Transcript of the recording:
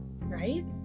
Right